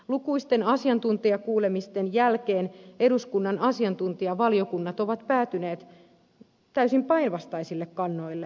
lukuisten asiantuntijakuulemisten jälkeen eduskunnan asiantuntijavaliokunnat ovat päätyneet täysin päinvastaisille kannoille